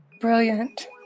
Brilliant